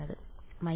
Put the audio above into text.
വിദ്യാർത്ഥി 1